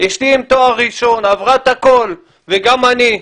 אשתי עם תואר ראשון, עברה את הכול וגם אני,